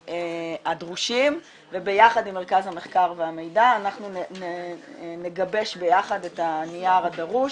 ההשוואה וביחד עם מרכז המחקר והמידע נגבש את הנייר הדרוש